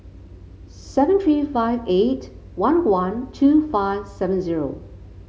seven three five eight one one two five seven zero